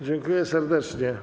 Dziękuję serdecznie.